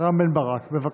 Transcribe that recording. רם בן ברק, בבקשה.